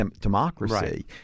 democracy